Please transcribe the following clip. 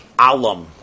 Alam